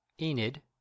Enid